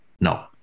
No